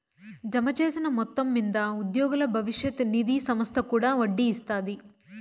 జమచేసిన మొత్తం మింద ఉద్యోగుల బవిష్యత్ నిది సంస్త కూడా ఒడ్డీ ఇస్తాది